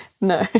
No